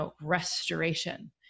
restoration